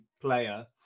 player